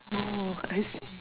oh I see